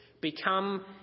become